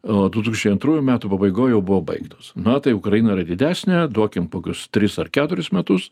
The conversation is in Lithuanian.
o du tūkstančiai antrųjų metų pabaigoj jau buvo baigtos na tai ukraina yra didesnė duokim kokius tris ar keturis metus